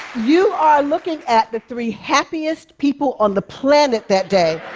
you are looking at the three happiest people on the planet that day,